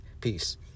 Peace